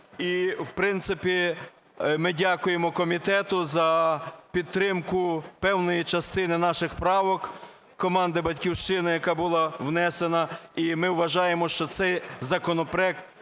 ми дякуємо комітету за підтримку певної частини наших правок, команди "Батьківщина", яка була внесена. І ми вважаємо, що цей законопроект